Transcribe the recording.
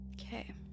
Okay